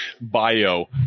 bio